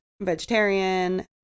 vegetarian